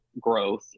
growth